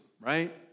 right